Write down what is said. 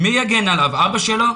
מי יגן עליו, אבא שלו?